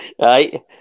Right